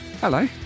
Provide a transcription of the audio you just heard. Hello